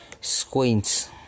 squints